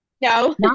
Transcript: No